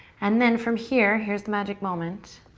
and then from here, here's magic moment.